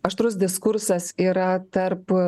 aštrus diskursas yra tarp